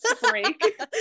break